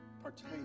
partake